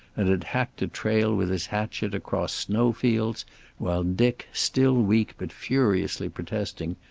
and had hacked a trail with his hatchet across snow fields while dick, still weak but furiously protesting,